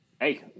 Hey